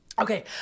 Okay